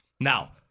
Now